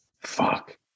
Fuck